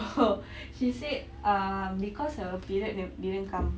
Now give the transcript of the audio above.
oh she said um because her period nev~ didn't come